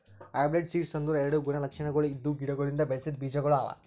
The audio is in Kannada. ಹೈಬ್ರಿಡ್ ಸೀಡ್ಸ್ ಅಂದುರ್ ಎರಡು ಗುಣ ಲಕ್ಷಣಗೊಳ್ ಇದ್ದಿವು ಗಿಡಗೊಳಿಂದ್ ಬೆಳಸಿದ್ ಬೀಜಗೊಳ್ ಅವಾ